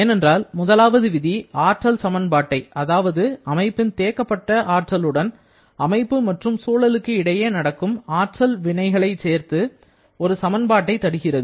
ஏனென்றால் முதலாவது விதி ஆற்றல் சமன்பாட்டை அதாவது அமைப்பின் தேக்கப்பட்ட ஆற்றலுடன் அமைப்பு மற்றும் சூழலுக்கு இடையே நடக்கும் ஆற்றல் வினைகளை சேர்த்து ஒரு சமன்பாட்டை தருகிறது